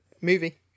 movie